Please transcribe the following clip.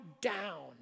down